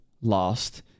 lost